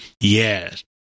yes